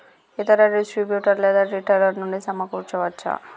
ఇతర డిస్ట్రిబ్యూటర్ లేదా రిటైలర్ నుండి సమకూర్చుకోవచ్చా?